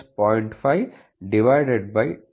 25 0